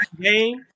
game